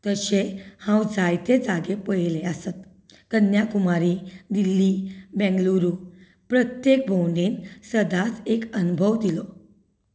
तशें हांवें जायते जागे पळयल्ले आसात कन्याकुमारी दिल्ली बँगलुरू प्रत्येक भोंवडेन सदांच एक अणभव दिलो